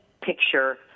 picture